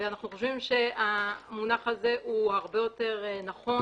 ואנחנו חושבים שהמונח הזה הוא הרבה יותר נכון